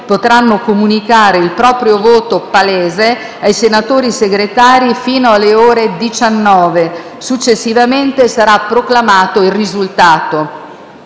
potranno comunicare il proprio voto palese ai senatori Segretari fino alle ore 19. Successivamente sarà proclamato il risultato.